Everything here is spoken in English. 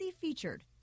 Featured